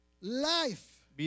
Life